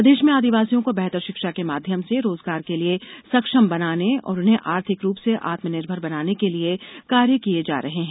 प्रदेश में आदिवासियों को बेहतर शिक्षा के माध्यम से रोजगार के लिए सक्षम बनाने और उन्हें आर्थिक रूप से आत्मनिर्भर बनाने के लिये कार्य किये जा रहे हैं